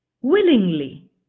willingly